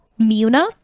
Muna